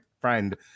friend